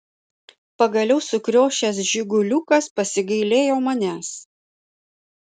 pagaliau sukriošęs žiguliukas pasigailėjo manęs